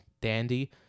dandy